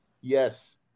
Yes